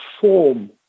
form